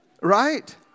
Right